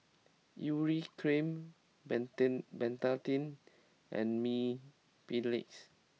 Urea Cream Betadine and Mepilex